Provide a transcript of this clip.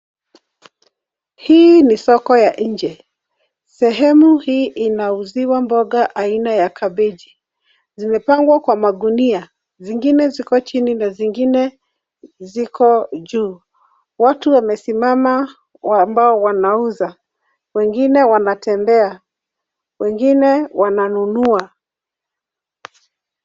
Hii ni soko ya nje. Sehemu hii inauziwa mboga aina ya kabeji. Zimepangwa kwa magunia, zingine ziko chini na zingine ziko juu. Watu wamesimama ambao wanauza wengine wanatembea wengine wananunua.